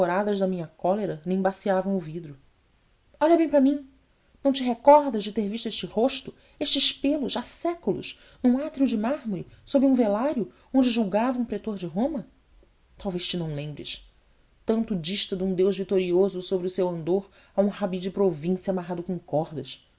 baforadas da minha cólera lhe embaciavam o vidro olha bem para mim não te recordas de ter visto este rosto estes pêlos há séculos num átrio de mármore sob um velário onde julgava um pretor de roma talvez te não lembres tanto dista de um deus vitorioso sobre o seu andor a um rabi de província amarrado com cordas